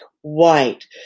white